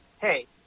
hey